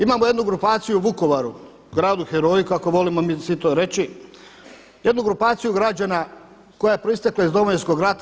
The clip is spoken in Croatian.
Imamo jednu grupaciju u Vukovaru, gradu Heroju kako volimo mi svi to reći, jednu grupaciju građana koja je proistekla iz Domovinskog rata.